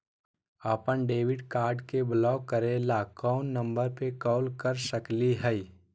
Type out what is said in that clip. अपन debit card के block करे ला कौन नंबर पे कॉल कर सकली हई?